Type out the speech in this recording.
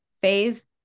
phase